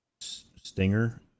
Stinger